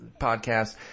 podcast